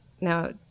now